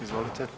Izvolite.